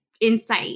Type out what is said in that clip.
insight